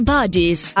Bodies